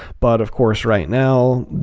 but of course right now,